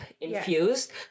infused